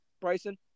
Bryson